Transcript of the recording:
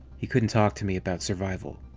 he couldn't talk to me about survival.